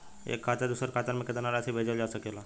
एक खाता से दूसर खाता में केतना राशि भेजल जा सके ला?